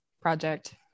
project